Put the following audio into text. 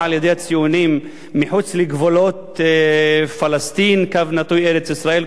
בכוח על-ידי הציונים מחוץ לגבולות פלסטין / ארץ-ישראל,